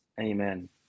amen